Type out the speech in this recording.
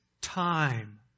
time